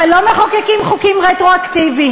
אבל לא מחוקקים חוקים רטרואקטיביים,